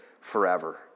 forever